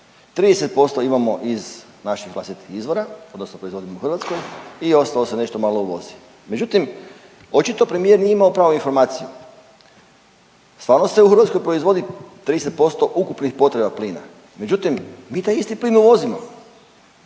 30% imamo iz naših vlastitih izvora odnosno proizvodimo u Hrvatskoj i ostalo se nešto malo uvozi. Međutim, očito premijer nije imao pravu informaciju, stvarno se u Hrvatskoj proizvodi 30% ukupnih potreba plina, međutim mi taj isti plin uvozimo